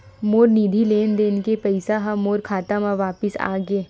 मोर निधि लेन देन के पैसा हा मोर खाता मा वापिस आ गे